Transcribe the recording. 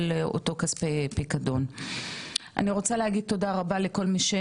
אני רוצה להגיד תודה רבה לכל מי שנח בחדר ובישיבה הזאת,